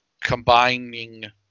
Combining